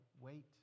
wait